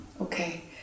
Okay